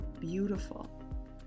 beautiful